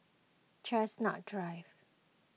Chestnut Drive